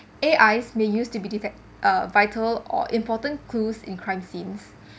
A_Is may used to be defect uh vital or important clues in crime scene